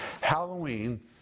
Halloween